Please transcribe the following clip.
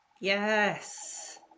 Yes